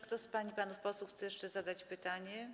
Kto z pań i panów posłów chce jeszcze zadać pytanie?